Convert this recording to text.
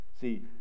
see